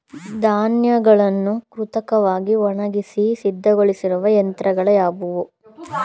ಧಾನ್ಯಗಳನ್ನು ಕೃತಕವಾಗಿ ಒಣಗಿಸಿ ಸಿದ್ದಗೊಳಿಸುವ ಯಂತ್ರಗಳು ಯಾವುವು?